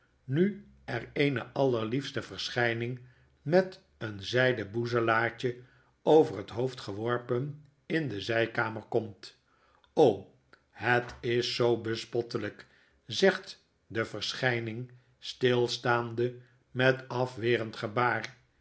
nu er eene allerliefste verschijning met een zyden boezelaartje over het hoofd geworpen indezjjkamer komt het is zoo bespottelijk zegt de verschijning stilstaande met afwerend gebaar